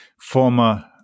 former